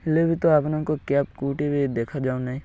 ହେଲେ ବି ତ ଆପଣଙ୍କ କ୍ୟାବ୍ କେଉଁଠି ବି ଦେଖାଯାଉ ନାହିଁ